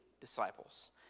disciples